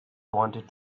wanted